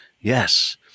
Yes